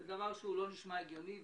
זה דבר שלא נשמע הגיוני.